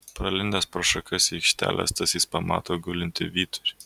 pralindęs pro šakas į aikštelę stasys pamato gulintį vyturį